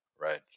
right